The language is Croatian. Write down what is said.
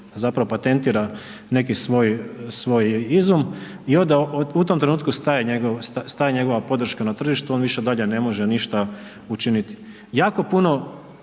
zapravo patentira neki svoj izum i onda u tom trenutku staje njegova podrška na tržištu on više dalje ne može ništa učiniti.